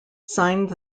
signed